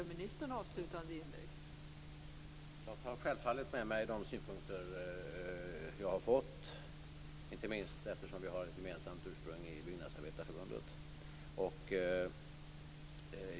Fru talman! Jag tar självfallet med mig de synpunkter jag har fått, inte minst eftersom vi har ett gemensamt ursprung i Byggnadsarbetarförbundet.